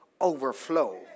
overflow